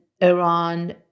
Iran